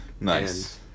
Nice